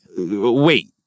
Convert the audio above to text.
wait